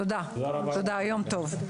תודה ויום טוב.